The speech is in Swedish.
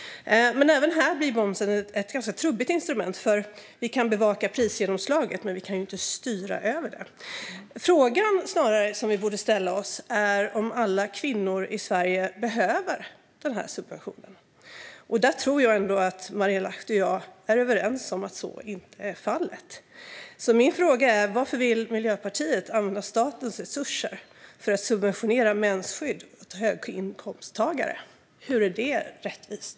Även här blir dock momsen ett ganska trubbigt instrument, för vi kan bevaka prisgenomslaget men inte styra över det. Frågan som vi snarare borde ställa oss är om alla kvinnor i Sverige behöver denna subvention. Jag tror ändå att Marielle Lahti och jag är överens om att så inte är fallet. Min fråga är därför: Varför vill Miljöpartiet använda statens resurser för att subventionera mensskydd för höginkomsttagare? Hur är det rättvist?